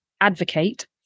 advocate